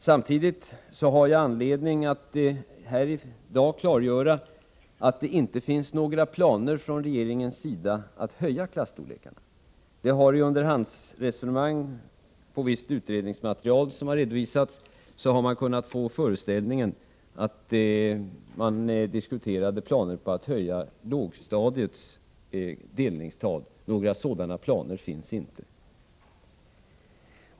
Samtidigt har jag anledning att här i dag klargöra att det inte finns några planer från regeringens sida att öka klasstorlekarna. Vid underhandsresonemang och av visst redovisat utredningsmaterial har man kunnat få föreställningen att planer på att höja lågstadiets delningstal har diskuterats. Några sådana planer finns inte.